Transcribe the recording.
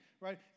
right